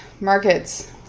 markets